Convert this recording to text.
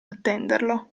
attenderlo